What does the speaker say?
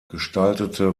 gestaltete